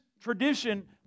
tradition